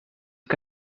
que